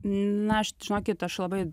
na aš žinokit aš labai